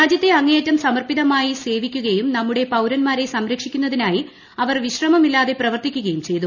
രാജ്യത്തെ അങ്ങേയറ്റം സമർപ്പിതമായി സേവിക്കുകയും നമ്മുടെ പൌരൻമാരെ സംരക്ഷിക്കുന്നതിനായി അവർ വിശ്രമമില്ലാതെ പ്രവർത്തിക്കുകയും ചെയ്തു